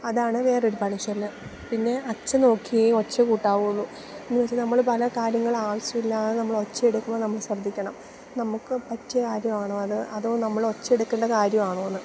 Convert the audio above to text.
അതാണ് വേറൊരു പഴഞ്ചൊല്ല് പിന്നെ അച്ച് നോക്കി ഒച്ച കൂട്ടാവുള്ളൂ എന്ന് വെച്ചാൽ നമ്മൾ പല കാര്യങ്ങൾ ആവശ്യമില്ലാതെ നമ്മൾ ഒച്ച എടുക്കുമ്പോൾ നമ്മൾ ശ്രദ്ധിക്കണം നമുക്ക് പറ്റിയ കാര്യവാണോ അത് അതോ നമ്മൾ ഒച്ച എടുക്കേണ്ട കാര്യം ആണോന്ന്